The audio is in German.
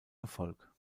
erfolg